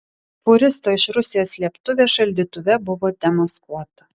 fūristo iš rusijos slėptuvė šaldytuve buvo demaskuota